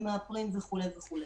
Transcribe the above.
מאפרים וכו' וכו'.